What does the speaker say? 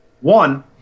One